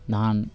ধান